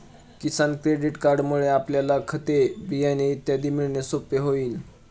किसान credit कार्डमुळे आपल्याला खते, बियाणे इत्यादी मिळणे सोपे होईल